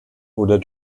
oder